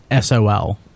sol